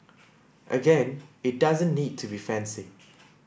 again it doesn't need to be fancy